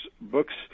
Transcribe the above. books